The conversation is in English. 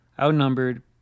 outnumbered